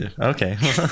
Okay